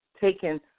taken